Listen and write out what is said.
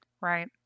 Right